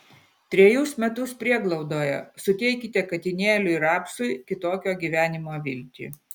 trejus metus prieglaudoje suteikite katinėliui rapsui kitokio gyvenimo viltį